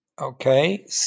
okay